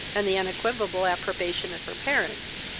and the unequivocal approbation of her parents.